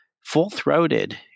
full-throated